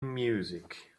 music